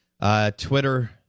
Twitter